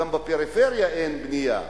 גם בפריפריה אין בנייה.